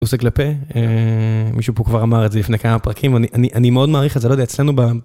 עושה כלפי מישהו פה כבר אמר את זה לפני כמה פרקים אני אני מאוד מעריך את זה לא יודע אצלנו.